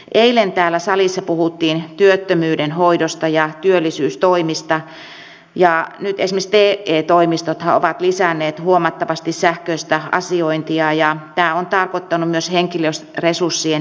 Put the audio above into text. eilen täällä salissa puhuttiin työttömyyden hoidosta ja työllisyystoimista ja nyt esimerkiksi te toimistothan ovat lisänneet huomattavasti sähköistä asiointia ja tämä on tarkoittanut myös henkilöresurssien vähentämistä